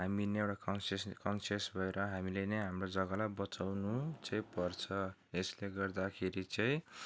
हामी नै एउटा कन्सियस कन्सियस भएर हामीले नै हाम्रो जग्गालाई बचाउनु चाहिँ पर्छ यसले गर्दाखेरि चाहिँ